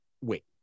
wait